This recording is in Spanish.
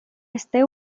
este